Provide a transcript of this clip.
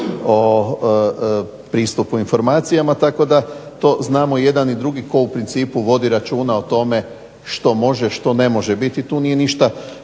o pristupu informacijama tako da to znamo jedan i drugi tko u principu vodi računa o tome što može, što ne može biti. Tu nije ništa